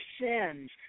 sins